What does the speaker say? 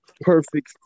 perfect